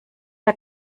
der